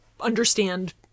understand